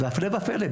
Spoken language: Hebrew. הפלא ופלא,